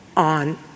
on